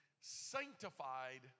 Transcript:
sanctified